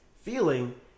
feeling